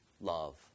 love